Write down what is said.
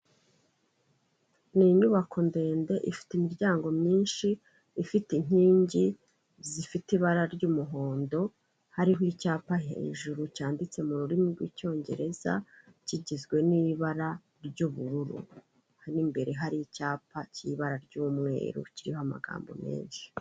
Ni inyubako ndende ifite imiryango myinshi; ifite inkingi zifite ibara ry'umuhondo; hariho icyapa hejuru cyanditse mu rurimi rw'icyongereza, kigizwe n'ibara ry'ubururu; hano imbere hari icyapa cy'ibara ry'umweru kiriho amagambo menshi.